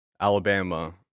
Alabama